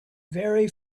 very